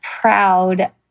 proud